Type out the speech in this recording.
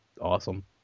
awesome